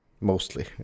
mostly